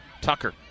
Tucker